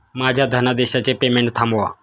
माझ्या धनादेशाचे पेमेंट थांबवा